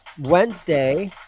Wednesday